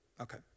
Okay